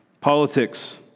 politics